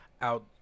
out